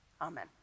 Amen